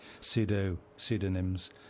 pseudo-pseudonyms